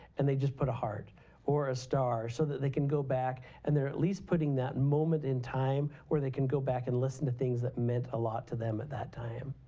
and they just put a heart or a star, so that they can go back. and they're at least putting that moment in time where they can go back and listen to things that meant a lot to them at that time.